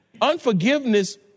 Unforgiveness